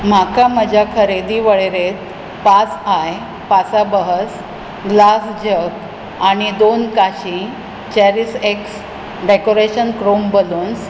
म्हाका म्हज्या खरेदी वळेरेंत पाच आय पासाबाहस ग्लास जग आणी दोन काशी चॅरीशएक्स डेकोरेशन क्रोम बलून्स